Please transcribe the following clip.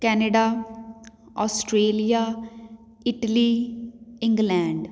Canada Australia Italy England